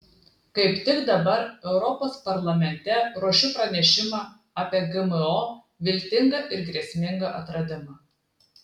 kaip tik dabar europos parlamente ruošiu pranešimą apie gmo viltingą ir grėsmingą atradimą